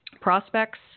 prospects